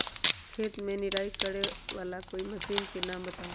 खेत मे निराई करे वाला कोई मशीन के नाम बताऊ?